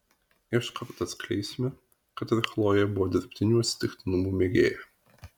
iškart atskleisime kad ir chlojė buvo dirbtinių atsitiktinumų mėgėja